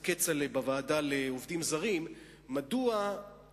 בוועדה לעובדים זרים בראשות חבר הכנסת כצל'ה,